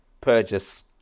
purchase